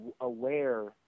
aware